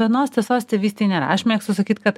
vienos tiesos tėvystėj nėra aš mėgstu sakyti kad